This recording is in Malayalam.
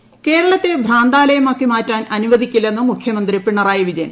ബഹുജന സംഗമം കേരളത്തെ ഭ്രാന്താലയമാക്കി മാറ്റാൻ അനുവദിക്കില്ലെന്ന് മുഖ്യമന്ത്രി പിണറായി വിജയൻ